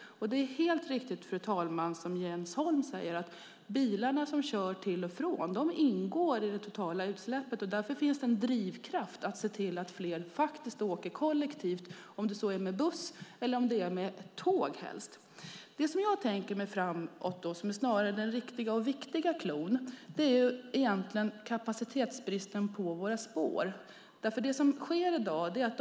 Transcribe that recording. Det Jens Holm säger, fru talman, om att utsläpp från bilarna till och från Arlanda ingår i det totala utsläppet är helt riktigt. Därför finns det en drivkraft för att se till att fler åker kollektivt vare sig det är med buss eller det - helst - är med tåg. Det jag framåt tänker som snarare den riktiga och viktiga cloun är kapacitetsbristen när det gäller våra spår.